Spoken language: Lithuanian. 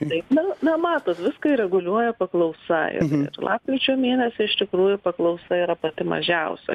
taip na na matot viską reguliuoja paklausa ir lapkričio mėnesį iš tikrųjų paklausa yra pati mažiausia